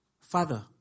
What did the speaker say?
Father